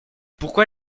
pourquoi